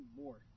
more